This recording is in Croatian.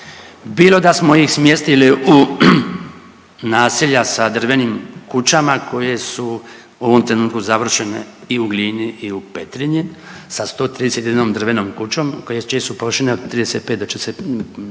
bilo da smo ih smjestili u naselja sa drvenim kućama koje su u ovom trenutku završene i u Glini i u Petrinji sa 131 drvenom kućom čije su površine od 35 do 45